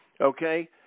okay